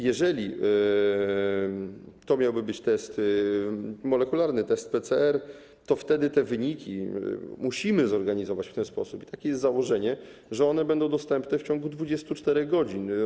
Jeżeli to miałby być test molekularny, test PCR, to wtedy te wyniki - musimy zorganizować to w ten sposób i takie jest założenie - będą dostępne w ciągu 24 godzin.